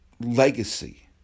legacy